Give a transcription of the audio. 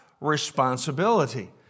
responsibility